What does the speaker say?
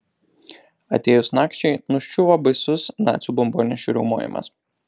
atėjus nakčiai nuščiuvo baisus nacių bombonešių riaumojimas